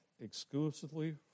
exclusively